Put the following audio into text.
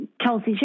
Kelsey